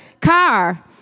car